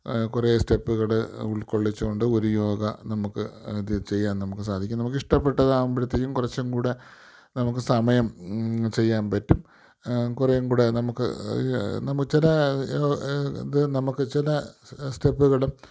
കുറേ സ്റ്റെപ്പുകൾ ഉൾക്കൊള്ളിച്ചുകൊണ്ട് ഒരു യോഗ നമുക്ക് അത് ചെയ്യാൻ നമുക്ക് സാധിക്കും നമുക്ക് ഇഷ്ടപ്പെട്ടതാവുമ്പോഴത്തേക്കും കുറച്ചുംകൂടെ നമുക്ക് സമയം ചെയ്യാൻ പറ്റും കുറേ കൂടെ നമുക്ക് നമ് ചില എന്ത് നമുക്ക് ചില സ്റ്റെപ്പുകളും